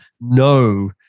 no